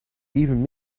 even